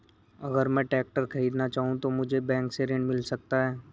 अगर मैं ट्रैक्टर खरीदना चाहूं तो मुझे बैंक से ऋण मिल सकता है?